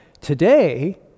today